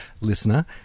Listener